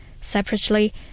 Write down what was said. Separately